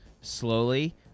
slowly